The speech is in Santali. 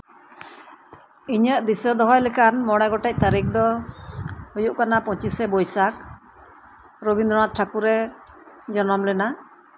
ᱤᱧᱟᱹᱜ ᱫᱤᱥᱟᱹ ᱫᱚᱦᱚᱭ ᱞᱮᱠᱟᱱ ᱢᱚᱲᱮ ᱜᱚᱴᱮᱡ ᱛᱟᱹᱨᱤᱠᱷ ᱫᱚ ᱦᱩᱭᱩᱜ ᱠᱟᱱᱟ ᱯᱚᱸᱪᱤᱥᱮ ᱵᱳᱭᱥᱟᱠᱷ ᱨᱚᱵᱤᱱᱫᱚᱨᱚᱱᱟᱛᱷ ᱴᱷᱟᱹᱠᱩᱨ ᱮ ᱡᱚᱱᱚᱢ ᱞᱮᱱᱟ